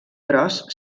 gros